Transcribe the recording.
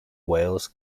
wales